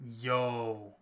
Yo